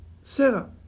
Sarah